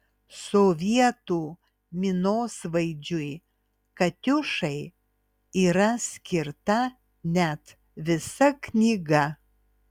sovietų minosvaidžiui katiušai yra skirta net visa knyga